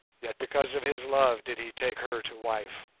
yet because of his love did he take her to wife.